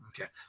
Okay